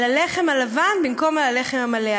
על הלחם הלבן במקום על הלחם המלא,